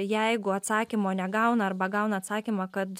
jeigu atsakymo negauna arba gauna atsakymą kad